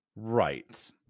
Right